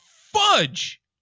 fudge